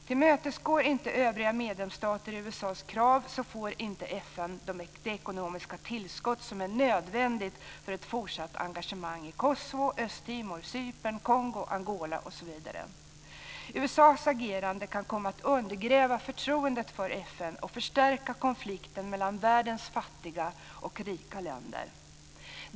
Tillmötesgår inte övriga medlemsstater USA:s krav får inte FN det ekonomiska tillskott som är nödvändigt för ett fortsatt engagemang i Kosovo, Östtimor, Cypern, Kongo, Angola osv. USA:s agerande kan komma att undergräva förtroendet för FN och förstärka konflikten mellan världens fattiga och rika länder.